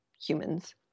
humans